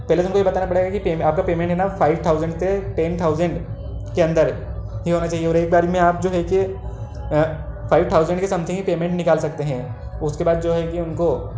पहले तो उनको ये बताना पड़ेगा की पेम आपका पेमेंट है ना फाइव थाउजेंड से टेन थाउजेंड के अंदर ही होना चाहिए और एक बार में आप जो है कि फाइव थाउजेंड के समथिंग ही पेमेंट निकाल सकते हैं उसके बाद जो है कि उनको